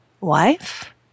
wife